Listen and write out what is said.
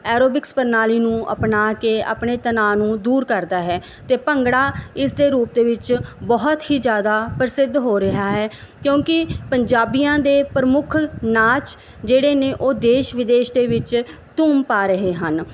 aerobics ਪ੍ਰਣਾਲੀ ਨੂੰ ਅਪਣਾ ਕੇ ਆਪਣੇ ਤਣਾਅ ਨੂੰ ਦੂਰ ਕਰਦਾ ਹੈ ਅਤੇ ਭੰਗੜਾ ਇਸ ਦੇ ਰੂਪ ਦੇ ਵਿੱਚ ਬਹੁਤ ਹੀ ਜ਼ਿਆਦਾ ਪ੍ਰਸਿੱਧ ਹੋ ਰਿਹਾ ਹੈ ਕਿਉਂਕਿ ਪੰਜਾਬੀਆਂ ਦੇ ਪ੍ਰਮੁੱਖ ਨਾਚ ਜਿਹੜੇ ਨੇ ਉਹ ਦੇਸ਼ ਵਿਦੇਸ਼ ਦੇ ਵਿੱਚ ਧੂਮ ਪਾ ਰਹੇ ਹਨ